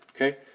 Okay